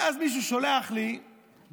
ואז מישהו שולח לי ציוץ